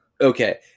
Okay